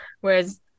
Whereas